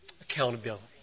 accountability